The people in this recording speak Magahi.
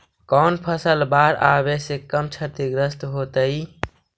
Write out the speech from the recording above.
कौन फसल बाढ़ आवे से कम छतिग्रस्त होतइ?